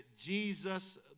Jesus